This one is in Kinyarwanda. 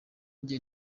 njye